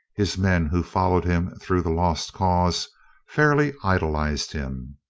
his men who followed him through the lost cause fairly idolized him.